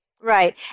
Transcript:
Right